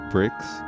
Bricks